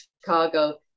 Chicago